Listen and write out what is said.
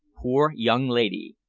poor young lady!